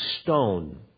stone